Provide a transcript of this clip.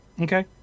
Okay